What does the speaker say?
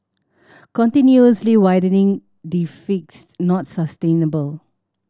continuously widening deficits not sustainable